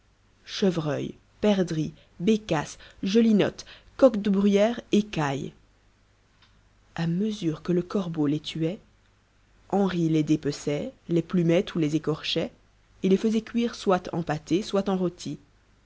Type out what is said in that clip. chevreuils perdrix bécasses gelinottes coqs de bruyère et cailles a mesure que le corbeau les tuait henri les dépeçait les plumait ou les écorchait et les faisait cuire soit en pâtés soit en rôtis